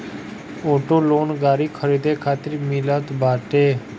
auto loan गाड़ी खरीदे खातिर मिलत बाटे